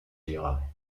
lehrer